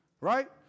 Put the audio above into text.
right